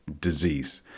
disease